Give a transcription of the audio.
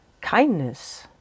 kindness